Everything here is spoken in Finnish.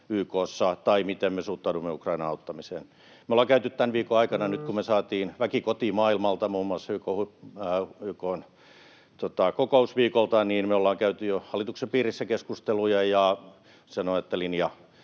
miten me suhtaudumme Ukrainan auttamiseen. Nyt tämän viikon aikana, kun me saatiin väki kotiin maailmalta muun muassa YK:n kokousviikolta, me ollaan käyty jo hallituksen piirissä keskusteluja, ja voin sanoa, että linja